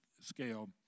scale